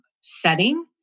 setting